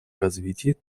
развитии